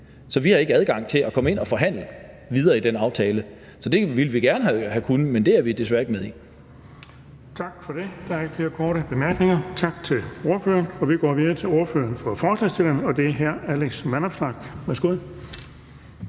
så vi har ikke adgang til at komme ind og forhandle videre i forhold til den aftale. Det ville vi gerne have kunnet, men vi er desværre ikke med i den. Kl. 13:04 Den fg. formand (Erling Bonnesen): Tak for det. Der er ikke flere korte bemærkninger. Tak til ordføreren. Og vi går videre til ordføreren for forslagsstillerne, og det er hr. Alex Vanopslagh. Værsgo.